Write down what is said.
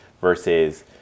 versus